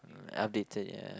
updated yeah